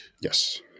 Yes